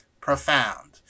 profound